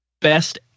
best